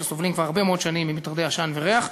סובלים כבר הרבה מאוד שנים ממטרדי עשן וריח.